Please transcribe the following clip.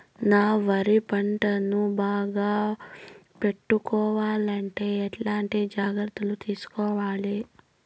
నా వరి పంటను బాగా పెట్టుకోవాలంటే ఎట్లాంటి జాగ్రత్త లు తీసుకోవాలి?